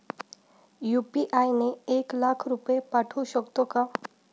UPI ने एक लाख रुपये पाठवू शकतो का?